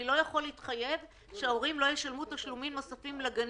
אני לא יכול להתחייב שההורים לא ישלמו תשלומים נוספים לגנים.